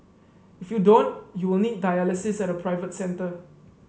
if you don't you will need dialysis at a private centre